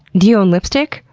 do you own lipstick?